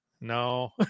No